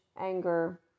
anger